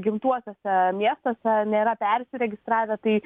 gimtuosiuose miestuose nėra persiregistravę tai